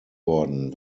worden